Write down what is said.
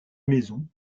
maison